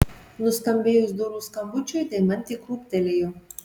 nuskambėjus durų skambučiui deimantė krūptelėjo